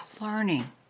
learning